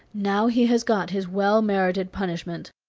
now he has got his well-merited punishment.